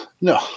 No